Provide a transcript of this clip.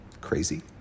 crazy